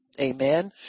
Amen